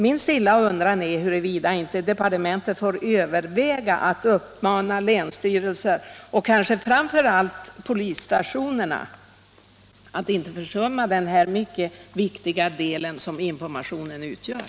Min stilla undran är huruvida inte departementet bör överväga att uppmana länsstyrelser och kanske framför allt polismyndigheterna att inte försumma den mycket viktiga uppgift som denna information utgör.